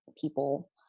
people